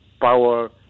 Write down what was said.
power